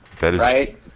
Right